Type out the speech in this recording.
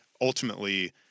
ultimately